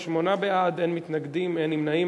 ובכן, שמונה בעד, אין מתנגדים, אין נמנעים.